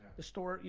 the store,